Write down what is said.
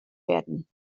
werden